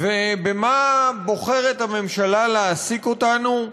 ובמה בוחרת הממשלה להעסיק אותנו?